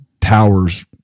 towers